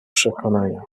przekonania